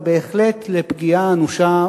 זו שפה.